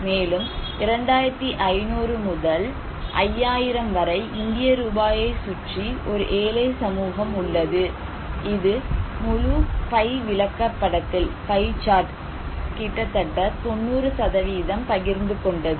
மேலும் 2500 முதல் 5000 வரை இந்திய ரூபாயைச் சுற்றி ஒரு ஏழை சமூகம் உள்ளது இது முழு பை விளக்கப்படத்தில் கிட்டத்தட்ட 90 பகிர்ந்து கொண்டது